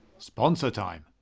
sponsor time.